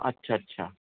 अच्छा अच्छा